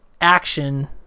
action